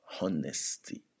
Honesty